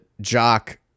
jock